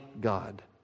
God